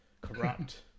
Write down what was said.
Corrupt